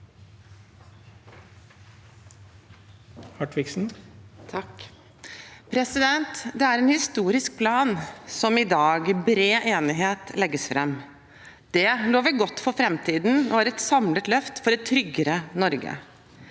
Det er en historisk plan som i dag med bred enighet legges fram. Det lover godt for framtiden og er et samlet løft for et tryggere Norge.